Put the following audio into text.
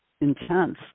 intense